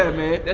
ah man.